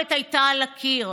הכתובת הייתה על הקיר.